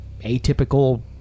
atypical